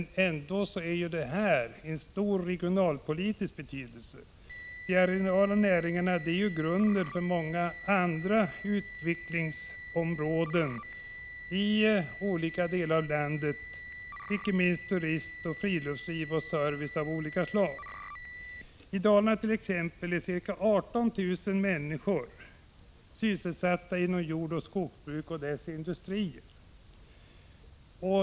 Jordbruksnäringen är av stor regionalpolitisk betydelse och utgör grunden för många andra utvecklingsområden i olika delar av landet, inte minst för turism, friluftsliv och service av olika slag. I Dalarna t.ex. är ca 18 000 människor sysselsatta inom jordoch skogsbruk och dess industrier.